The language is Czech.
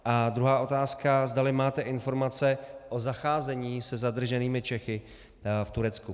A druhá otázka, zdali máte informace o zacházení se zadrženými Čechy v Turecku.